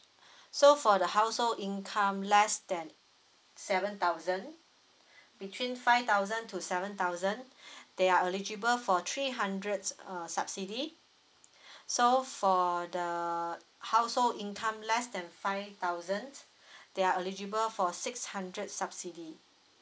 so for the household income less than seven thousand between five thousand to seven thousand they are eligible for three hundreds err subsidy so for the household income less than five thousands they are eligible for six hundred subsidy